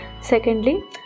Secondly